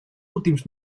últims